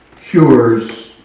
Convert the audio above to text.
cures